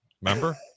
Remember